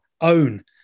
own